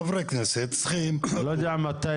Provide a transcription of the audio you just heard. חברי כנסת צריכים --- לא יודע מתי